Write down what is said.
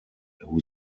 who